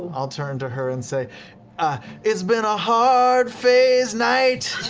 i'll turn to her and say it's been a hard fey's night,